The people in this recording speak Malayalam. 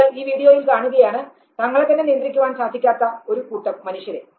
നിങ്ങൾ ഈ വീഡിയോയിൽ കാണുകയാണ് തങ്ങളെ തന്നെ നിയന്ത്രിക്കുവാൻ സാധിക്കാത്ത ഒരു കൂട്ടം മനുഷ്യരെ